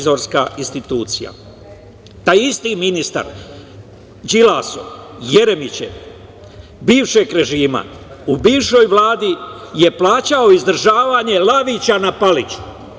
Taj isti ministar, Đilasov, Jeremićev, bivšeg režima, u bivšoj Vladi, je plaćao izdržavanje lavića na Paliću.